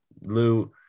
Lou